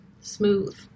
smooth